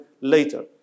later